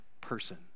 person